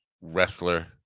wrestler